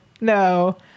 no